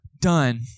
Done